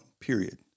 period